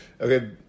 okay